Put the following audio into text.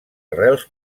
arrels